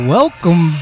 Welcome